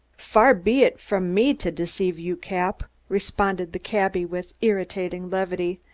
far be it from me to deceive you, cap, responded the cabby with irritating levity.